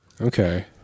Okay